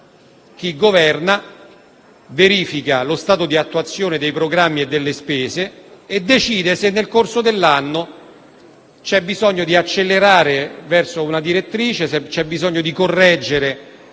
chi governa verifica lo stato di attuazione dei programmi e delle spese, decidendo se nel corso dell'anno ci sia bisogno di accelerare verso una direttrice, correggere